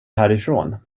härifrån